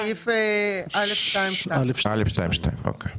סעיף (א2)(2).